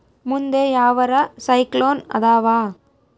ಮುಂದೆ ಯಾವರ ಸೈಕ್ಲೋನ್ ಅದಾವ?